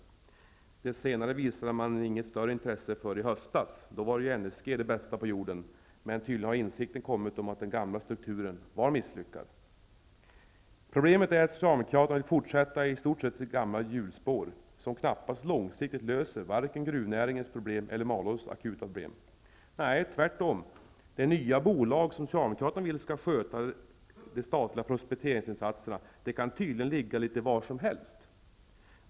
Men för det senare visade de inte något större intresse i höstas. Då var NSG det bästa på jorden. Men tydligen har insikten kommit om att den gamla strukturen var misslyckad. Problemet är att Socialdemokraterna vill fortsätta i stort sett i gamla hjulspår, som knappast långsiktigt löser varken gruvnäringens eller Malås akuta problem. Nej, tvärtom. Det nya bolag som Socialdemokraterna vill skall sköta de statliga prospekteringsinsatserna kan tydligen ligga litet var som helst.